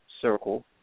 circle